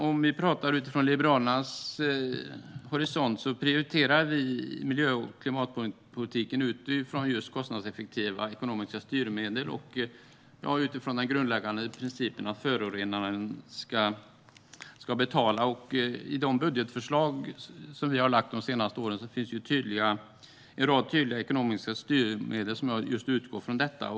Om man ser från Liberalernas horisont prioriterar vi miljö och klimatpolitiken utifrån just kostnadseffektiva ekonomiska styrmedel och den grundläggande principen att förorenaren ska betala. I de budgetförslag vi har lagt fram de senaste åren finns en rad tydliga ekonomiska styrmedel som just utgår från detta.